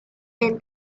than